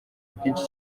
byinshi